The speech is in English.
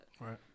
right